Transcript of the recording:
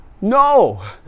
No